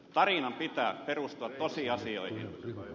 tarinan pitää perustua tosiasioihin